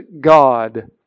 God